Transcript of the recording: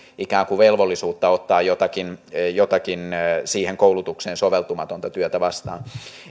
ikään kuin velvollisuutta ottaa jotakin jotakin siihen koulutukseen soveltumatonta työtä vastaan